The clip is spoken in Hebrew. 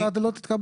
אם ההצעה לא תתקבל,